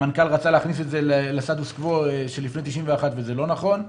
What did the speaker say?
המנכ"ל רצה להכניס את זה לסטטוס קוו שלפני 1991 וזה לא נכון.